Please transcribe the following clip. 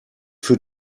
für